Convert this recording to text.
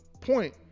point